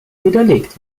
widerlegt